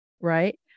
Right